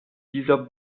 dieser